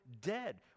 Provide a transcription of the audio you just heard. dead